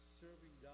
serving